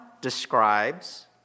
describes